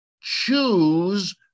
choose